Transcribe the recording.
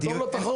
זה טוב לתחרות.